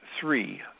three